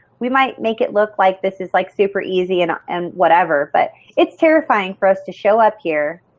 we might make it look like this is like super easy and and whatever but it's terrifying for us to show up here,